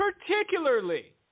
particularly